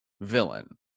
villain